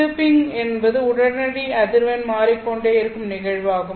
chirping என்பது உடனடி அதிர்வெண் மாறிக்கொண்டே இருக்கும் நிகழ்வு ஆகும்